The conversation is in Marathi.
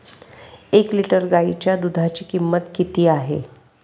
एक लिटर गाईच्या दुधाची किंमत किती आहे?